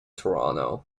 toronto